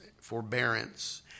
forbearance